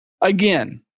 Again